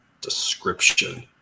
description